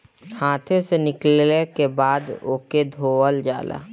हाथे से निकलले के बाद ओके धोवल जाला